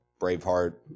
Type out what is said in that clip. Braveheart